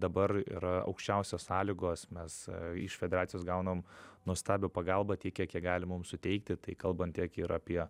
dabar yra aukščiausios sąlygos mes iš federacijos gaunam nuostabią pagalbą tiek kiek jie gali mum suteikti tai kalbant tiek ir apie